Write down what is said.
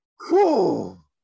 Cool